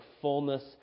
fullness